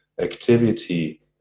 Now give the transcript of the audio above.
activity